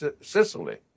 Sicily